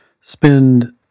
spend